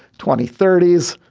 twenty thirty s,